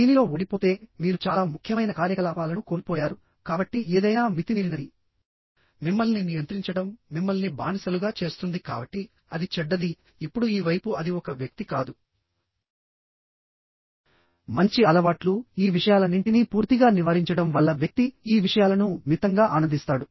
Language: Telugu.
దీనిలో ఓడిపోతే మీరు చాలా ముఖ్యమైన కార్యకలాపాలను కోల్పోయారు కాబట్టి ఏదైనా మితిమీరినది మిమ్మల్ని నియంత్రించడం మిమ్మల్ని బానిసలుగా చేస్తుంది కాబట్టి అది చెడ్డది ఇప్పుడు ఈ వైపు అది ఒక వ్యక్తి కాదు మంచి అలవాట్లు ఈ విషయాలన్నింటినీ పూర్తిగా నివారించడం వల్ల వ్యక్తి ఈ విషయాలను మితంగా ఆనందిస్తాడు